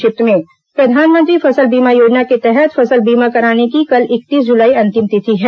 संक्षिप्त समाचार प्रधानमंत्री फसल बीमा योजना के तहत फसल बीमा कराने की कल इकतीस जुलाई अंतिम तिथि है